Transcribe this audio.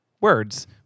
words